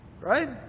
Right